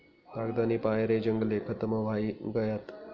कागदनी पायरे जंगले खतम व्हयी गयात